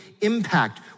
impact